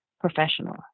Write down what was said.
professional